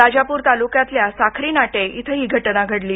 राजापूर तालुक्यातल्या साखरीनाटे इथं ही घटना घडली